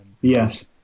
yes